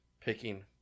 picking